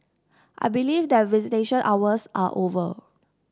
I believe that visitation hours are over